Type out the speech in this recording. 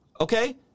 Okay